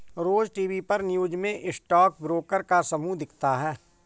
रोज TV पर news में stock broker का समूह दिखता है